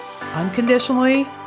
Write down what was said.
unconditionally